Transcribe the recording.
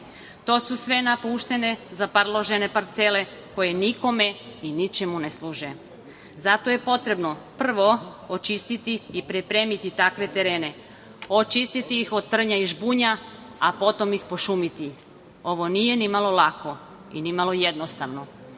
To su sve napuštene zaparložene parcele koje nikome i ničemu ne služe. Zato je potrebno prvo očistiti i pripremiti takve terene, očistiti ih od trnja i žbunja, a potom ih pošumiti. Ovo nije nimalo lako i nimalo jednostavno.